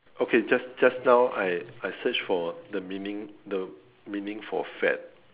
okay just just now I I search for the meaning the meaning for fad